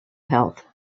health